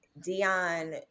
dion